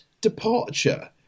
departure